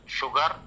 sugar